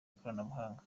ikoranabuhanga